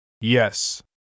yes